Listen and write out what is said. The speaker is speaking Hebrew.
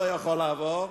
לא יכול לעבור,